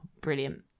Brilliant